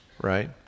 right